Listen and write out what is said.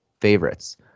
favorites